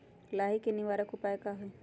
लाही के निवारक उपाय का होई?